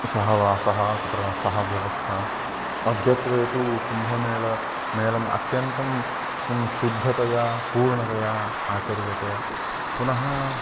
सहवासः तत्र सह व्यवस्था अद्यत्वे तु कुम्भमेल मेलम् अत्यन्तं किं शुद्धतया पूर्णतया आचर्यते पुनः